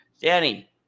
Danny